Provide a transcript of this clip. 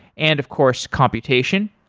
and of course computation.